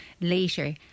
later